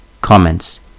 Comments